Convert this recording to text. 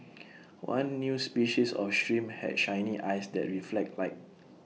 one new species of shrimp had shiny eyes that reflect light